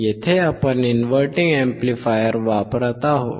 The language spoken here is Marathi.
येथे आपण इनव्हर्टिंग अॅम्प्लिफायर वापरत आहोत